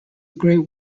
great